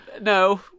No